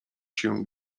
się